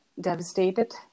devastated